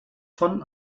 von